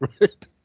right